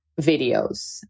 videos